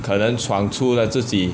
可能创出了自己